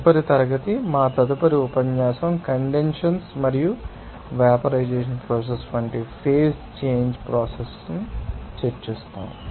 తదుపరి తరగతి మా తదుపరి ఉపన్యాసం కండెన్సషన్ మరియు వెపరైజేషన్ ప్రాసెస్ వంటి ఫేజ్ చేంజ్ ప్రోసెస్ చర్చిస్తుంది